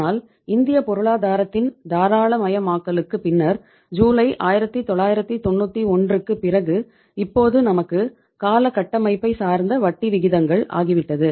ஆனால் இந்திய பொருளாதாரத்தின் தாராளமயமாக்கலுக்குப் பின்னர் ஜூலை 1991க்குப் பிறகு இப்போது நமக்கு கால கட்டமைப்பைச் சார்ந்த வட்டி விகிதங்கள் ஆகிவிட்டது